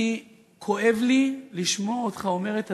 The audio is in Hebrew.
אני, כואב לי לשמוע אותך אומר את הדברים,